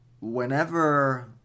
whenever